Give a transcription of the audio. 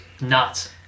nuts